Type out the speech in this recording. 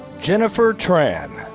jennifer tran.